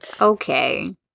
Okay